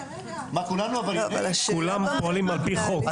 כולם פועלים על פי חוק.